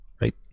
right